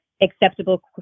acceptable